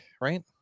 right